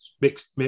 mixed